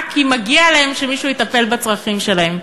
רק כי מגיע להם שמישהו יטפל בצרכים שלהם.